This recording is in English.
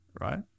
right